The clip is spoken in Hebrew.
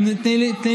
תעניש את מי שצריך.